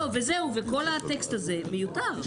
וכל הטקסט הזה מיותר.